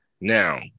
Now